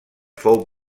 fou